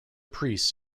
priests